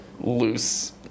loose